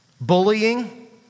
Bullying